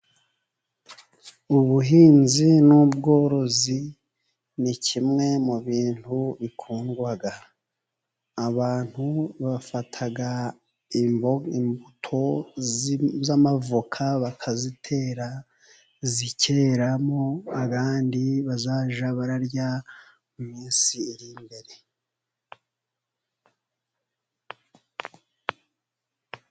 Ubuhinzi n' ubworozi ni kimwe mu bintu bikundwa, abantu bafata imbuto z'amavoka bakazitera, zikera abandi bazajya bararya mu minsi iri imbere.